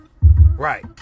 Right